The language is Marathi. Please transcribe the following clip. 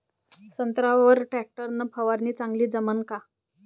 संत्र्यावर वर टॅक्टर न फवारनी चांगली जमन का?